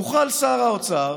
יוכל שר האוצר